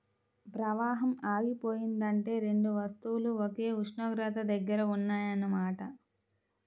ప్రవాహం ఆగిపోయిందంటే రెండు వస్తువులు ఒకే ఉష్ణోగ్రత దగ్గర ఉన్నాయన్న మాట